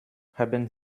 haben